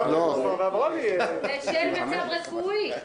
בשל מצב רפואי.